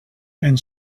and